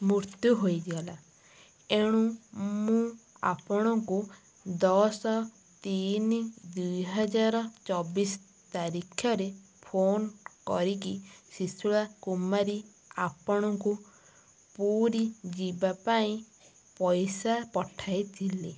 ମୃତ୍ୟୁ ହୋଇଗଲା ଏଣୁ ମୁଁ ଆପଣଙ୍କୁ ଦଶ ତିନି ଦୁଇହଜାର ଚବିଶ ତାରିଖରେ ଫୋନ୍ କରିକି ଶିଶୁଳା କୁମାରୀ ଆପଣଙ୍କୁ ପୁରୀ ଯିବାପାଇଁ ପଇସା ପଠାଇଥିଲି